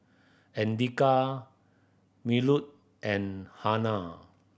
Andika Melur and Hana